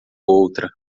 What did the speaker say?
outra